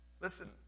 Listen